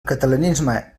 catalanisme